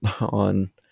on